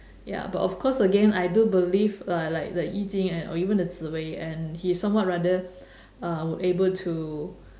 ya but of course again I do believe like like the 易经 and or even the 紫微 and he somewhat rather uh were able to